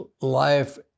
life